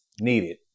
needed